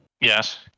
Yes